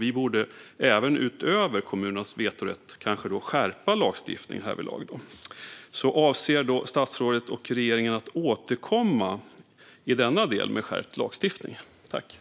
Vi borde även utöver kommunernas vetorätt skärpa lagstiftningen härvidlag. Avser statsrådet och regeringen att återkomma med förslag till skärpt lagstiftning i denna del?